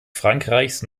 frankreichs